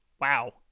wow